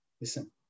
listen